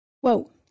Whoa